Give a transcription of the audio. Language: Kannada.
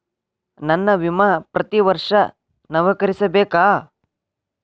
ನನ್ನ ವಿಮಾ ಪ್ರತಿ ವರ್ಷಾ ನವೇಕರಿಸಬೇಕಾ?